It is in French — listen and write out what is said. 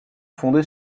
fondée